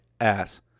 ass